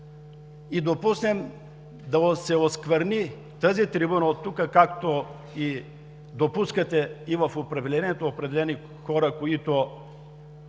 и допуснем да се оскверни тази трибуна от тук, както допускате и в управлението определени хора, които